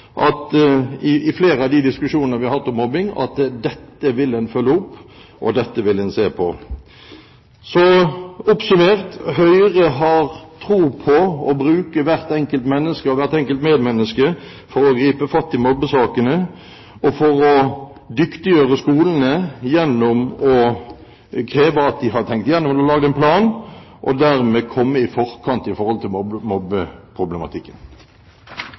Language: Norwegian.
i flere av de diskusjonene vi har hatt om mobbing, at dette vil en følge opp, og dette vil en se på. Oppsummert: Høyre har tro på å bruke hvert enkelt menneske og hvert enkelt medmenneske for å gripe fatt i mobbesakene, for å dyktiggjøre skolene gjennom å kreve at de har tenkt gjennom og lagd en plan og dermed komme i forkant når det gjelder mobbeproblematikken.